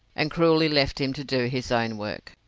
and cruelly left him to do his own work.